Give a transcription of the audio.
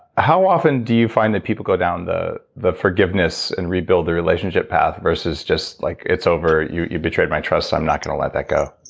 how often do you find that people go down the the forgiveness and rebuild the relationship path versus just like, it's over, you you betrayed my trust. i'm not going to let that go.